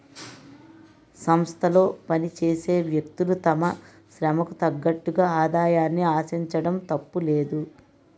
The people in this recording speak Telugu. సంస్థలో పనిచేసే వ్యక్తులు తమ శ్రమకు తగ్గట్టుగా ఆదాయాన్ని ఆశించడం తప్పులేదు